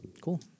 cool